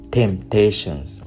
temptations